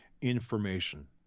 information